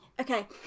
okay